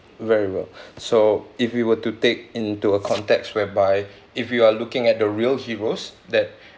very well so if we were to take into a context whereby if you are looking at the real heroes that